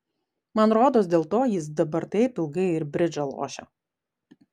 man rodos dėl to jis dabar taip ilgai ir bridžą lošia